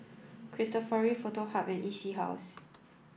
Cristofori Foto Hub and E C House